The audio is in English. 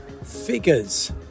figures